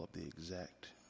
the exact